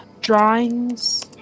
drawings